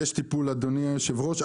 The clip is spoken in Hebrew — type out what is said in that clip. יש טיפול, אדוני היושב ראש.